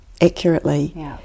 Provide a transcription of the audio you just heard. accurately